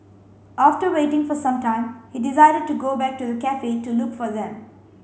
after waiting for some time he decided to go back to the cafe to look for them